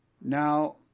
now